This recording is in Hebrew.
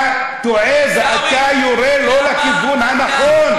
אתה טועה, ואתה יורה לא לכיוון הנכון.